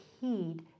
heed